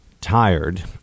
tired